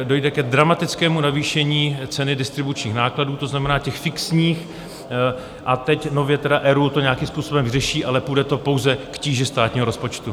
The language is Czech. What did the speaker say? Dojde ke dramatickému navýšení ceny distribučních nákladů, to znamená těch fixních, a teď nově ERÚ to nějakým způsobem řeší, ale půjde to pouze k tíži státního rozpočtu.